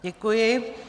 Děkuji.